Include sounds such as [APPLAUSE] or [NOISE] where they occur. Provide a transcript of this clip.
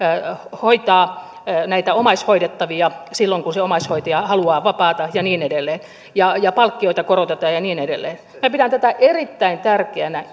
hoitaa omaishoidettavia silloin kun omaishoitaja haluaa vapaata ja niin edelleen ja ja palkkioita korotetaan ja niin edelleen minä pidän tätä erittäin tärkeänä [UNINTELLIGIBLE]